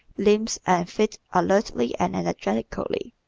limbs and feet alertly and energetically.